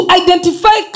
identify